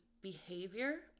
behavior